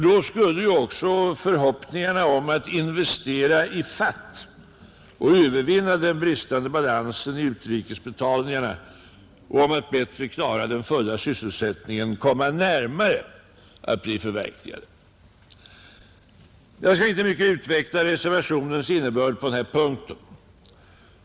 Då skulle också förhoppningarna om att ”investera i fatt” och övervinna den bristande balansen i utrikesbetalningarna och om att bättre klara den fulla sysselsättningen komma närmare sitt förverkligande. Jag skall inte mycket utveckla reservationens innebörd på denna punkt.